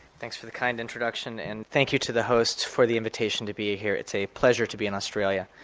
thanks for the kind introduction and thank you to the hosts for the invitation to be here, it's a pleasure to be in australia.